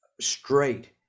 straight